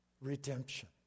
redemption